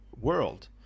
world